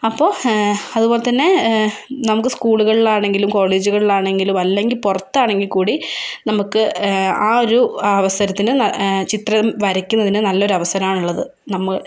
അപ്പോൾ അതുപോലെതന്നെ നമുക്ക് സ്കൂളുകളിലാണെങ്കിലും കോളേജുകളിലാണെങ്കിലും അല്ലെങ്കിൽ പുറത്താണെങ്കിൽക്കൂടി നമുക്ക് ആ ഒരു അവസരത്തിന് ചിത്രം വരയ്ക്കുന്നതിന് നല്ല ഒരു അവസരമാണുള്ളത് നമ്മൾ